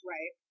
Right